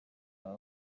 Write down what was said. aba